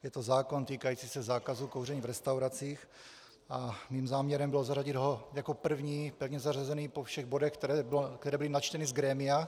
Je to zákon týkající se zákazu kouření v restauracích a mým záměrem bylo zařadit ho jako první pevně zařazený po všech bodech, které byly načteny z grémia.